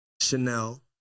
Chanel